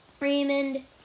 Raymond